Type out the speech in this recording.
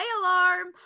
alarm